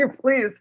please